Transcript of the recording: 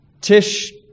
Tish